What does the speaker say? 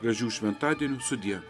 gražių šventadienių sudie